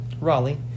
Raleigh